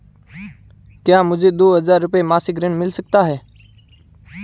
क्या मुझे दो हज़ार रुपये मासिक ऋण मिल सकता है?